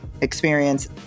experience